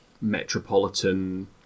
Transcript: metropolitan